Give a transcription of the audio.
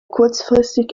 kurzfristig